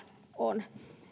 on